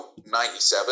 97